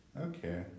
Okay